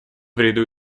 ряду